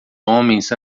homens